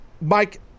Mike